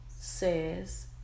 says